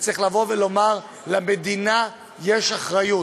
וצריך לבוא ולומר: למדינה יש אחריות.